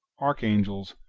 archangels,